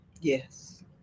yes